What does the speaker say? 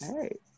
Hey